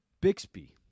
Bixby